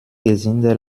gesindel